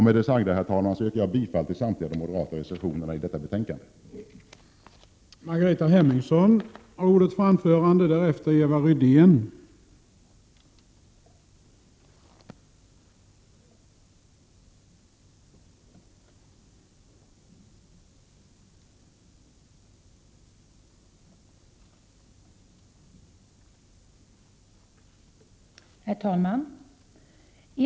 Med det sagda, herr talman, yrkar jag bifall till samtliga de moderata reservationerna i försvarsutskottets betänkande 11.